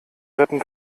retten